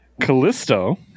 Callisto